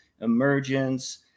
emergence